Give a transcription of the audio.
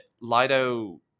Lido